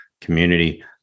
community